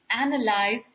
analyze